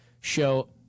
show